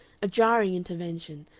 a jarring intervention,